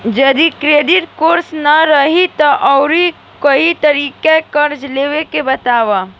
जदि credit score ना रही त आऊर कोई तरीका कर्जा लेवे के बताव?